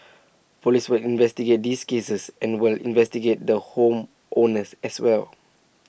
Police will investigate these cases and we'll investigate the home owners as well